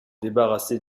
débarrassé